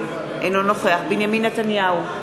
אינו נוכח בנימין נתניהו,